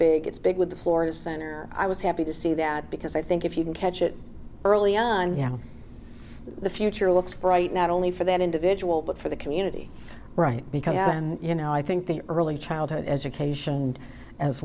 big it's big with the florida center i was happy to see that because i think if you can catch it early on you know the future looks bright not only for that individual but for the community right because you know i think the early childhood education as